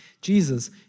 Jesus